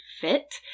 fit